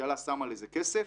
הממשלה שמה לזה כסף,